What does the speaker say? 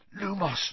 Lumos